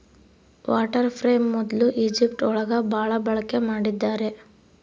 water frame ಮೊದ್ಲು Egypt ಒಳಗ ಭಾಳ ಬಳಕೆ ಮಾಡಿದ್ದಾರೆ